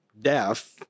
deaf